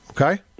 Okay